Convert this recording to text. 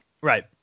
right